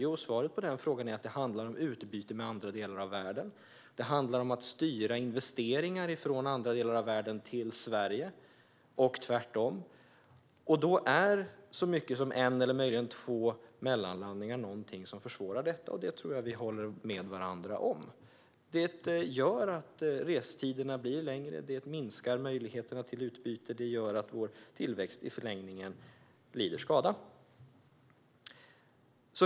Jo, svaret på den frågan är att det handlar om utbyte med andra delar av världen och om att styra investeringar från andra delar av världen till Sverige och tvärtom. Då är så mycket som en eller möjligen två mellanlandningar någonting som försvårar detta, det tror jag att vi håller med varandra om. Det gör att restiderna blir längre. Det minskar möjligheterna till utbyte. Det gör att vår tillväxt i förlängningen lider skada.